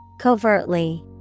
covertly